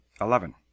eleven